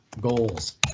goals